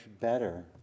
better